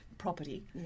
Property